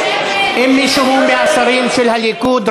אם מישהו מהשרים של הליכוד,